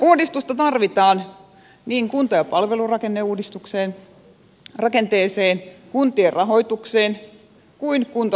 uudistusta tarvitaan niin kunta ja palvelurakenteeseen kuntien rahoitukseen kuin kuntalaisten vaikutusmahdollisuuksiin